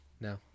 No